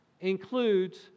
includes